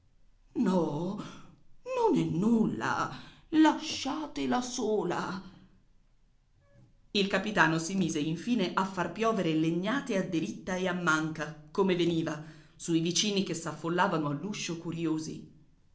no non è nulla lasciatela sola il capitano si mise infine a far piovere legnate a diritta e a manca come veniva sui vicini che s'affollavano all'uscio curiosi